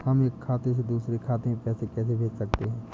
हम एक खाते से दूसरे खाते में पैसे कैसे भेज सकते हैं?